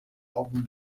álbum